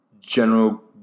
General